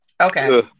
Okay